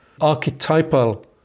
archetypal